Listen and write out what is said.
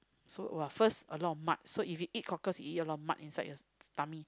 so !wah! first a lot of mud so if you eat cockles you eat a lot of mud inside your tummy